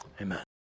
amen